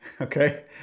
okay